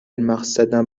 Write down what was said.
مقصدم